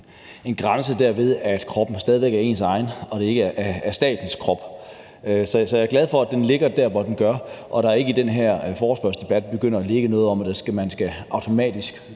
en grænse, ved at kroppen stadig væk er ens egen, og at det ikke er statens krop. Så jeg er glad for, at den ligger der, hvor den gør, og at man ikke i den her forespørgselsdebat begynder at tale om at man automatisk